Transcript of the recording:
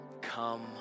come